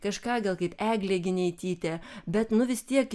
kažką gal kaip eglė gineitytė bet nu vis tiek